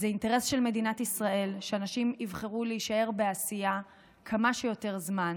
זה אינטרס של מדינת ישראל שאנשים יבחרו להישאר בעשייה כמה שיותר זמן,